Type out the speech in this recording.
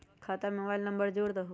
खाता में mobile number जोड़ दहु?